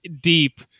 deep